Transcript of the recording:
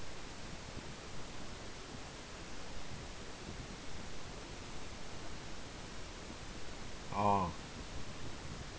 ah